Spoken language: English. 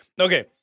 Okay